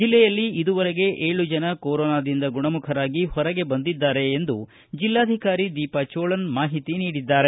ಜಿಲ್ಲೆಯಲ್ಲಿ ಇದುವರೆಗೆ ಏಳು ಜನ ಕೊರೊನಾದಿಂದ ಗುಣಮುಖರಾಗಿ ಹೊರಗೆ ಬಂದಿದ್ದಾರೆ ಎಂದು ಜೆಲ್ಲಾಧಿಕಾರಿ ದೀಪಾ ಜೋಳನ್ ಮಾಹಿತಿ ನೀಡಿದ್ದಾರೆ